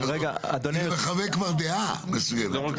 כי זה מחווה כבר דעה מסוימת.